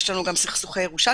יש לנו גם סכסוכי ירושה,